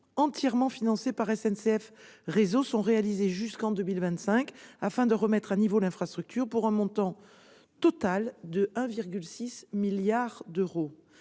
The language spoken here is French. entièrement financés par SNCF Réseau sont réalisés jusqu'en 2025, afin de remettre à niveau l'infrastructure pour un montant total de 1,6 milliard d'euros.